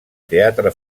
teatre